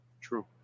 True